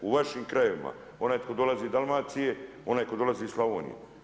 U vašim krajevima onaj tko dolazi iz Dalmacije, onaj tko dolazi iz Slavonije.